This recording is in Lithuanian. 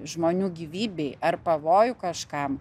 žmonių gyvybei ar pavojų kažkam